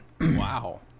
Wow